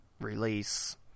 release